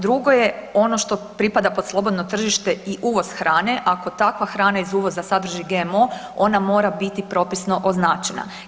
Drugo je ono što pripada pod slobodno tržište i uvoz hrane, ako takva hrana iz uvoza sadrži GMO, ona mora biti propisno označena.